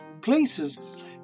places